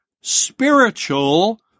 spiritual